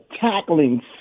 tackling